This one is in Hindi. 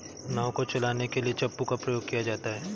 नाव को चलाने के लिए चप्पू का प्रयोग किया जाता है